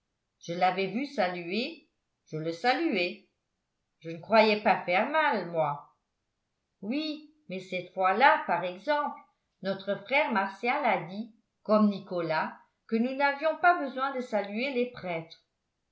je l'avais vu saluer je le saluais je ne croyais pas faire mal moi oui mais cette fois-là par exemple notre frère martial a dit comme nicolas que nous n'avions pas besoin de saluer les prêtres